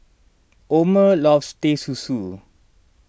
Omer loves Teh Susu